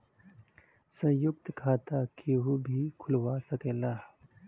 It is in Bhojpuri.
संयुक्त खाता केहू भी खुलवा सकेला